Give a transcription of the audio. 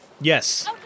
Yes